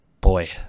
boy